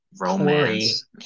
romance